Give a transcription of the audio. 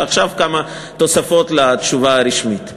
עכשיו כמה תוספות לתשובה הרשמית.